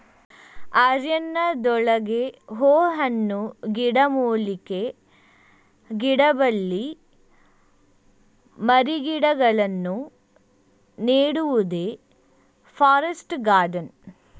ಅರಣ್ಯದೊಳಗೆ ಹೂ ಹಣ್ಣು, ಗಿಡಮೂಲಿಕೆ, ಗಿಡಬಳ್ಳಿ ಮರಗಿಡಗಳನ್ನು ನೆಡುವುದೇ ಫಾರೆಸ್ಟ್ ಗಾರ್ಡನ್